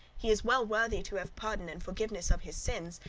he is well worthy to have pardon and forgiveness of his sin,